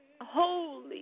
holy